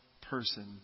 person